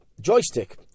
Joystick